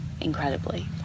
incredibly